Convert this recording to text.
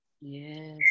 yes